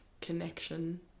connection